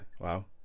wow